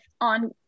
on